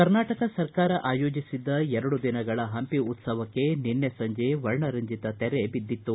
ಕರ್ನಾಟಕ ಸರ್ಕಾರ ಅಯೋಜಿಸಿದ್ದ ಎರಡು ದಿನಗಳ ಹಂಪಿ ಉತ್ಲವಕ್ಕೆ ನಿನ್ನೆ ಸಂಜೆ ವರ್ಣರಂಜಿತ ತೆರೆ ಬಿದ್ದಿತು